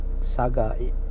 saga